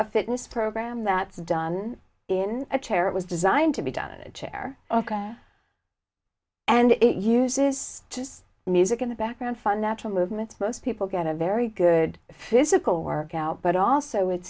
a fitness program that's done in a chair it was designed to be done in chair and it uses just music in the background fun natural movement most people get a very good physical work out but also wit